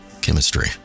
chemistry